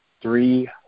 three